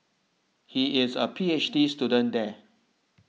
he is a P H D student there